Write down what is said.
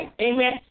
Amen